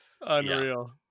unreal